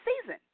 season